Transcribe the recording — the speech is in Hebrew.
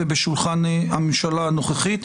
ובשולחן הממשלה הנוכחית.